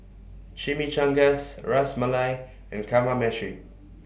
Chimichangas Ras Malai and Kamameshi